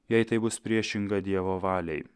jei tai bus priešinga dievo valiai